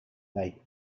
date